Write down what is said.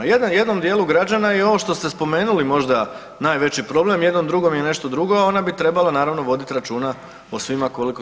Jednom dijelu građana je i ovo što ste spomenuli možda najveći problem, jednom drugom je nešto drugo, a ona bi trebala naravno voditi računa o svima koliko to može.